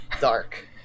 dark